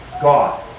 God